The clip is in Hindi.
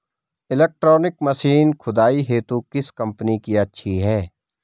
इलेक्ट्रॉनिक मशीन खुदाई हेतु किस कंपनी की अच्छी है?